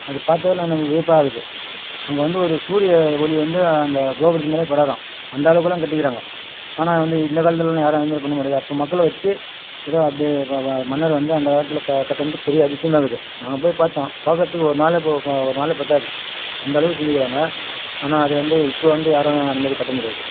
அது பார்த்தாலே ந நமக்கு வியப்பாகுது அங்கே வந்து ஒரு சூரிய ஒளி வந்து அந்த கோபுரத்து மேலேயே படாதாம் அந்தளவுக்குலாம் கட்டிக்கிறாங்க ஆனால் வந்து இந்த காலத்திலலாம் யாரும் அது மாதிரி பண்ண முடியாது அப்போ மக்களை வெச்சி ஏதோ அப்படியே வா வா மன்னர் வந்து அந்த காலத்தில் கா கட்னது பெரிய அதிசயமாக இருக்குது நான் போய் பார்த்தோம் பாக்குறதுக்கு ஒரு நாளே போ போ ஒரு நாளே பத்தாது அந்தளவுக்கு செஞ்சிருக்கிறங்க ஆனால் அது வந்து இப்போ வந்து யாராலேயும் அந்த மாதிரி கட்ட முடியாது